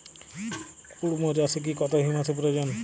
কুড়মো চাষে কত হিউমাসের প্রয়োজন?